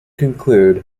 conclude